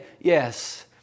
yes